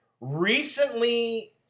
recently